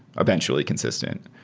eventually consistent.